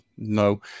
No